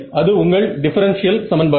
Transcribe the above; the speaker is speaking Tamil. அது உங்கள் டிஃபரன்ஷியல் சமன்பாடு